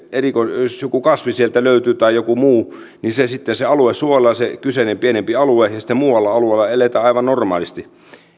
jos joku kasvi sieltä löytyy tai joku muu niin sitten suojellaan se kyseinen pienempi alue ja muualla alueella eletään aivan normaalisti